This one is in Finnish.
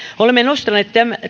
olemme nostaneet